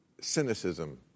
cynicism